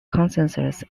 consensus